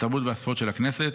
התרבות והספורט של הכנסת,